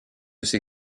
ces